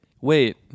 wait